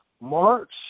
March